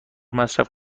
مصرف